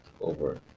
over